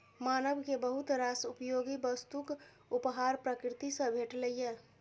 मानव कें बहुत रास उपयोगी वस्तुक उपहार प्रकृति सं भेटलैए